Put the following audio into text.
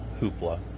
hoopla